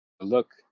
look